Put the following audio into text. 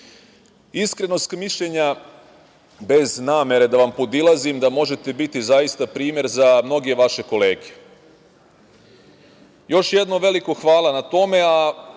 Srbije. Iskrenog mišljenja, bez namere da vam podilazim, da možete biti zaista primer za mnoge vaše kolege. Još jednom veliko hvala na tome,